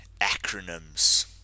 acronyms